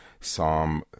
Psalm